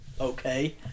okay